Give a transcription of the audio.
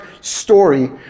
story